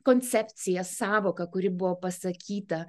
koncepciją sąvoką kuri buvo pasakyta